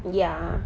ya